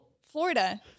Florida